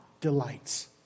delights